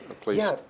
please